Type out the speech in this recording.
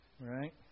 Right